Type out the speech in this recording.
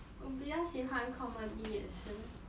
我比较喜欢 comedy 也是